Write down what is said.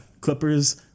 Clippers